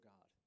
God